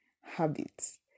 habits